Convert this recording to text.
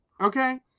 okay